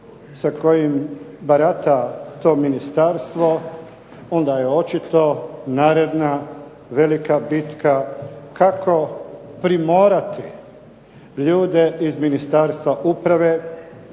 sa kojim barata to ministarstvo onda je očito naredna velika bitka kako primorati ljude iz Ministarstva uprave